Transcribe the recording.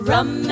Rum